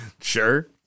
Sure